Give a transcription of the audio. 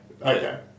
Okay